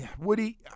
Woody